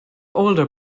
older